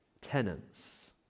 tenants